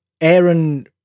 aaron